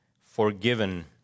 forgiven